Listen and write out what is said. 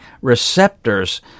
receptors